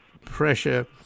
pressure